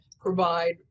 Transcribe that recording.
provide